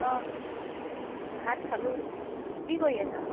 অঁ ভাত খালোঁ কি কৰি আছা